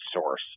source